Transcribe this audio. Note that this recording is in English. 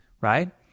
right